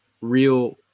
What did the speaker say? real